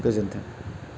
गोजोनथों